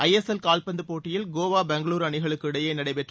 ISL கால்பந்துப் போட்டியில் கோவா பெங்களுரு அணிகளுக்கு இடையே நடைபெற்ற